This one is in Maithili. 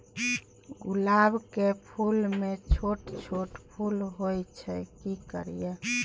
गुलाब के फूल में छोट छोट फूल होय छै की करियै?